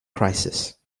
crisis